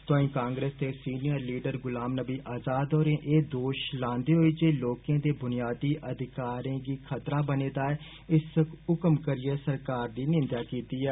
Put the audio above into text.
तुआई कांग्रेस दे senior leader Ghulam Nabi Azad होरें एह् दोश लान्दे होई जे लोकें दे बुनियादी अधिकारें गी खतरा बने दा ऐ इस हुक्म करियै सरकार दी निन्देआ कीती ऐ